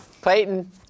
Clayton